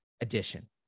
edition